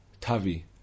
Tavi